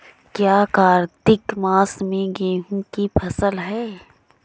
क्या कार्तिक मास में गेहु की फ़सल है?